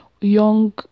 Young